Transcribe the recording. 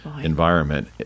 environment